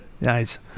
Nice